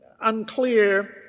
unclear